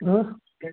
اۭں